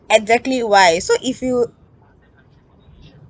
exactly why so if you